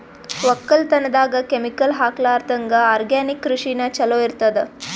ಒಕ್ಕಲತನದಾಗ ಕೆಮಿಕಲ್ ಹಾಕಲಾರದಂಗ ಆರ್ಗ್ಯಾನಿಕ್ ಕೃಷಿನ ಚಲೋ ಇರತದ